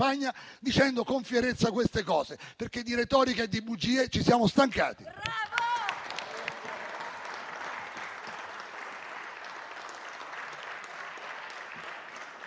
dicendo con fierezza queste cose, perché di retorica e di bugie ci siamo stancati.